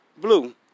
blue